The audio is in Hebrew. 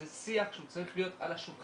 זה שיח שהוא צריך להיות על השולחן,